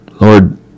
Lord